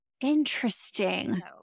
interesting